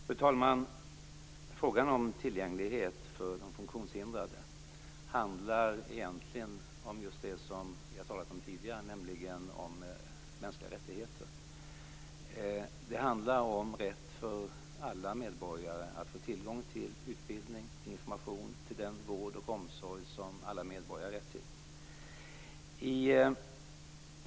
Fru talman! Frågan om tillgänglighet för de funktionshindrade handlar egentligen om just det som vi har talat om tidigare, nämligen mänskliga rättigheter. Det handlar om rätt för alla medborgare att få tillgång till den utbildning, information, vård och omsorg som alla medborgare har rätt till.